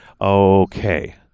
Okay